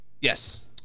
Yes